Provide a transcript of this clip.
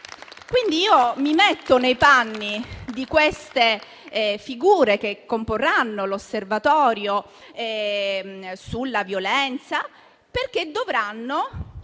Mi metto nei panni delle figure che comporranno l'osservatorio sulla violenza, perché dovranno